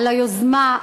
על היוזמה,